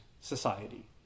society